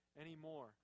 anymore